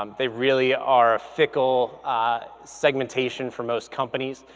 um they really are a fickle segmentation for most companies.